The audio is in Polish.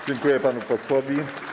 Dziękuję panu posłowi.